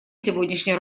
сегодняшней